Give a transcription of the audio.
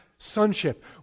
Sonship